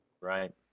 Right